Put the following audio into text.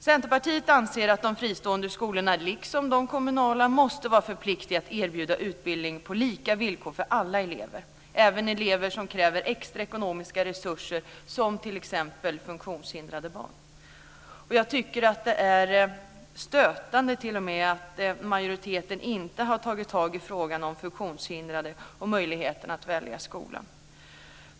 Centerpartiet anser att de fristående skolorna liksom de kommunala måste vara förpliktade att erbjuda utbildning på lika villkor för alla elever, även elever som kräver extra ekonomiska resurser, som t.ex. Jag tycker t.o.m. att det är stötande att majoriteten inte har tagit tag i frågan om funktionshindrades möjlighet att välja skola.